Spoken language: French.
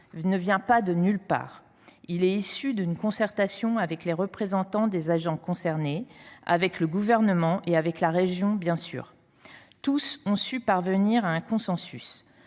ne vient pas de nulle part. Il est issu d’une concertation avec les représentants des agents concernés, le Gouvernement et la région. Tous ont su parvenir à un consensus,